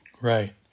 Right